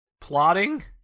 plotting